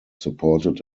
supported